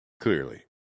clearly